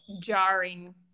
jarring